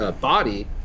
body